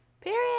Period